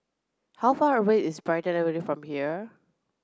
how far away is Brighton Avenue from here